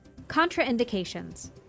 Contraindications